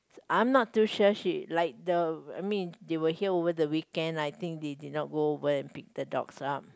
I'm not too sure she like the I mean they were here over the weekend I think they did not go over and pick the dogs up